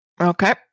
Okay